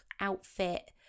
outfit